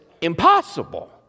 impossible